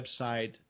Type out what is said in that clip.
website